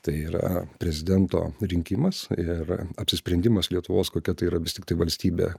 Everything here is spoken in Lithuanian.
tai yra prezidento rinkimas ir apsisprendimas lietuvos kokia tai yra vis tiktai valstybė